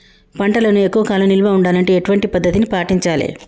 పంటలను ఎక్కువ కాలం నిల్వ ఉండాలంటే ఎటువంటి పద్ధతిని పాటించాలే?